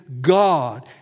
God